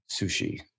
Sushi